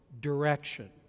direction